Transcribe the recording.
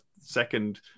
second